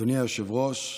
אדוני היושב-ראש,